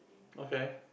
okay